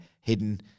hidden